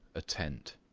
a tent.